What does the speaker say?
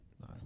No